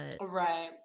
right